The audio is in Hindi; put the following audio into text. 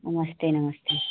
नमस्ते नमस्ते